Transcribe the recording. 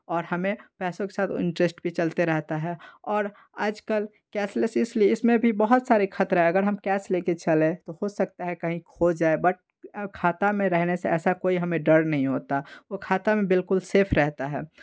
और हमें पैसों के साथ इन्टरेस्ट भी चलते रहता है और आजकल कैशलेस इसलिए इसमें भी बहुत सारे ख़तरा है अगर हम कैश लेकर चलें तो हो सकता है कहीं खो जाए बट खाता में रहने से ऐसा कोई हमें डर नहीं होता वह खाता में बिलकुल सेफ़ रहता है